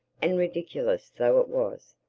and ridiculous though it was,